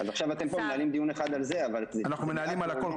אז עכשיו אתם פה מנהלים דיון אחד על זה --- אנחנו מנהלים על הכול.